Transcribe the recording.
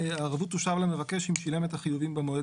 "הערבות תאושר למבקש אם שילם את החיובים במועד